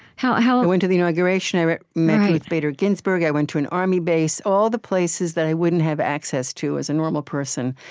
i went to the inauguration. i met met ruth bader ginsburg. i went to an army base. all the places that i wouldn't have access to as a normal person,